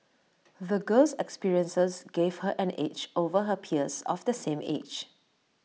the girl's experiences gave her an edge over her peers of the same age